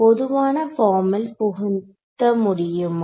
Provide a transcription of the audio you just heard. பொதுவான பார்மில் புகுத்த முடியுமா